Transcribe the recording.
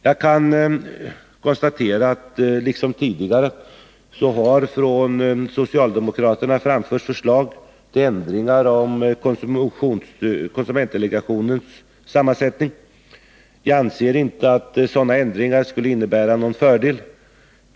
Jag kan konstatera att liksom tidigare har från socialdemokraterna framförts förslag till ändringar av konsumentdelegationens sammansättning. Jag anser inte att sådana ändringar skulle innebära någon fördel.